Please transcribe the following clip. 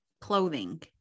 clothing